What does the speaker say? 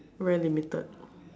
very limited